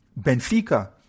Benfica